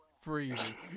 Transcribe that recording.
freezing